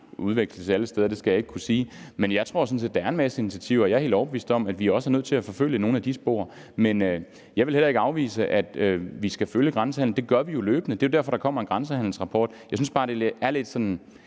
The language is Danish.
udveksles alle steder – det skal jeg ikke kunne sige om kan lade sig gøre. Men jeg tror sådan set, at der er en masse mulige initiativer. Jeg er helt overbevist om, at vi også er nødt til at forfølge nogle af de spor. Jeg vil heller ikke afvise, at vi skal følge grænsehandelen. Det gør vi jo løbende. Det er derfor, der kommer en grænsehandelsrapport. Jeg synes bare, det er sådan